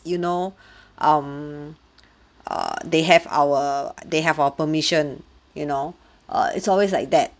you know um err they have our they have our permission you know err it's always like that